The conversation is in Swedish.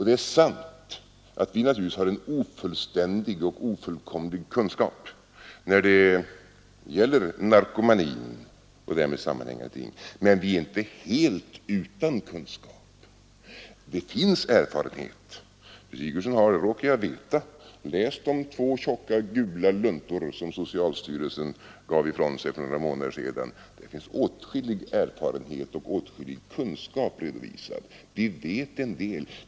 Det är sant att vi naturligtvis har en ofullständig och ofullkomlig kunskap när det gäller narkomani och därmed sammanhängande ting, men vi är inte helt utan kunskap. Det finns erfarenhet. Fru Sigurdsen har — det råkar jag veta — läst de två tjocka gula luntor som socialstyrelsen gav ifrån sig för några månader sedan. Det finns åtskillig erfarenhet och åtskillig kunskap redovisad där. Vi vet alltså en del.